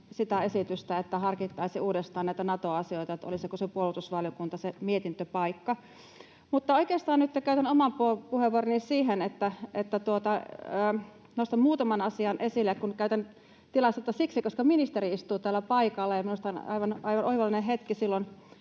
sitä esitystä, että harkittaisiin uudestaan näissä Nato-asioissa, että olisiko puolustusvaliokunta se mietintöpaikka. Oikeastaan käytän oman puheenvuoroni siihen, että nostan muutaman asian esille. Käytän tilaisuutta siksi, että ministeri istuu täällä paikalla ja minusta on aivan oivallinen hetki silloin